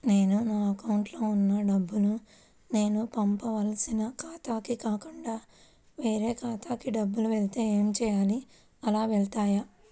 నేను నా అకౌంట్లో వున్న డబ్బులు నేను పంపవలసిన ఖాతాకి కాకుండా వేరే ఖాతాకు డబ్బులు వెళ్తే ఏంచేయాలి? అలా వెళ్తాయా?